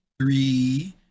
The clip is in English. three